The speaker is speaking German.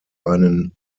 einen